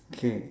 K